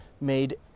made